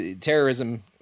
terrorism